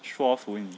说服你